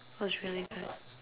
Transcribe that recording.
was really good